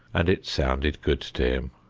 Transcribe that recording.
and it sounded good to him.